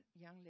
young